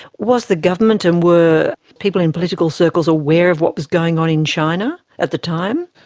was the government and were people in political circles aware of what was going on in china at the time?